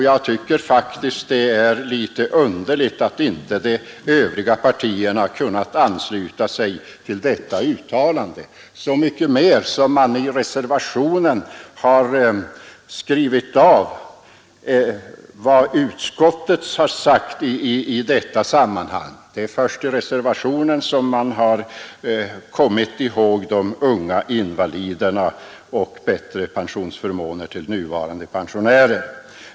Jag tycker faktiskt att det är litet underligt att de övriga partierna inte kunnat ansluta sig till detta uttalande, och det så mycket mer som man i reservationen har skrivit av utskottets uttalande i detta sammanhang. Det är först i reservationen som man kommit ihåg de unga invaliderna och behovet av bättre pensionsförmåner till dem som nu är pensionärer.